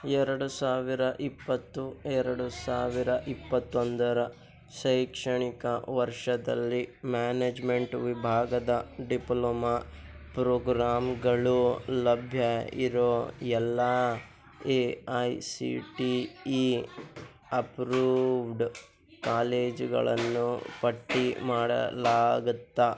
ಎರಡು ಸಾವಿರ ಇಪ್ಪತ್ತು ಎರಡು ಸಾವಿರ ಇಪ್ಪತ್ತೊಂದರ ಶೈಕ್ಷಣಿಕ ವರ್ಷದಲ್ಲಿ ಮ್ಯಾನೇಜ್ಮೆಂಟ್ ವಿಭಾಗದ ಡಿಪ್ಲೊಮ ಪ್ರೋಗ್ರಾಮ್ಗಳು ಲಭ್ಯ ಇರೋ ಎಲ್ಲ A I C T E approved ಕಾಲೇಜುಗಳನ್ನು ಪಟ್ಟಿ ಮಾಡಲಾಗುತ್ತಾ